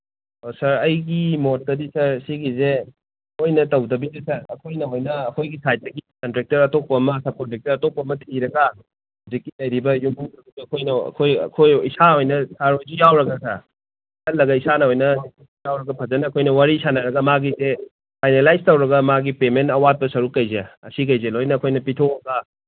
ꯑꯣ ꯁꯥꯔ ꯑꯩꯒꯤ ꯃꯣꯠꯇꯗꯤ ꯁꯥꯔ ꯁꯤꯒꯤꯁꯦ ꯃꯣꯏꯅ ꯇꯧꯗꯕꯤꯗ ꯁꯥꯔ ꯑꯩꯈꯣꯏꯅ ꯑꯣꯏꯅ ꯑꯩꯈꯣꯏꯒꯤ ꯁꯥꯏꯠꯇꯒꯤ ꯀꯣꯟꯇ꯭ꯔꯦꯛꯇꯔ ꯑꯇꯣꯞꯄ ꯑꯃ ꯁꯞ ꯀꯣꯟꯇ꯭ꯔꯦꯛꯇꯔ ꯑꯇꯣꯞꯄ ꯑꯃ ꯊꯤꯔꯒ ꯍꯧꯖꯤꯛꯀꯤ ꯂꯩꯔꯤꯕ ꯌꯨꯝꯕꯨꯗꯨꯒꯁꯨ ꯑꯩꯈꯣꯏꯅ ꯑꯩꯈꯣꯏ ꯏꯁꯥ ꯑꯣꯏꯅ ꯁꯥꯔ ꯍꯣꯏꯁꯨ ꯌꯥꯎꯔꯒ ꯁꯥꯔ ꯆꯠꯂꯒ ꯏꯁꯥꯅ ꯑꯣꯏꯅ ꯌꯥꯎꯔꯒ ꯐꯖꯅ ꯑꯩꯈꯣꯏꯅ ꯋꯥꯔꯤ ꯁꯥꯟꯅꯔꯒ ꯃꯥꯒꯤꯁꯦ ꯐꯥꯏꯅꯦꯂꯥꯏꯁ ꯇꯧꯔꯒ ꯃꯥꯒꯤ ꯄꯦꯃꯦꯟ ꯑꯋꯥꯠꯄ ꯁꯔꯨꯛꯈꯩꯁꯦ ꯑꯁꯤꯈꯩꯁꯦ ꯂꯣꯏꯅ ꯑꯩꯈꯣꯏꯅ ꯄꯤꯊꯣꯛꯑꯒ